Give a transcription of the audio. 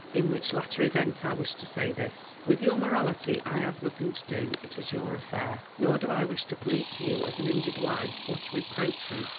in which latter event i wish to say this with your morality i have nothing to do it is your affair. nor do i wish to plead to you as an injured wife or to reproach you,